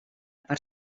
part